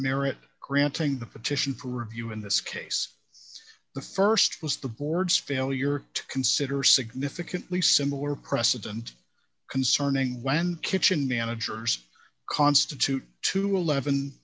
merit granting the petition for review in this case the st was the board's failure to consider significantly similar precedent concerning when kitchen managers constitute to eleven